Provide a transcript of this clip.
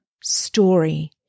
story